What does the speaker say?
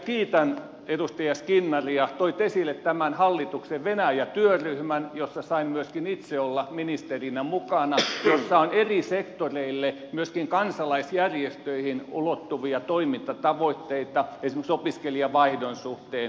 kiitän edustaja skinnaria toitte esille tämän hallituksen venäjä työryhmän jossa sain myöskin itse olla ministerinä mukana ja jossa on eri sektoreille myöskin kansalaisjärjestöihin ulottuvia toimintatavoitteita esimerkiksi opiskelijavaihdon suhteen